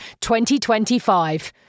2025